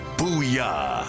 Booyah